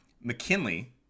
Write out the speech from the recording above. McKinley